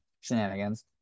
shenanigans